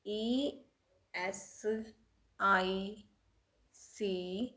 E S I C